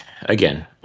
again